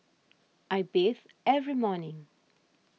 I bathe every morning